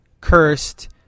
cursed